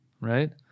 right